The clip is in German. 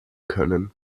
können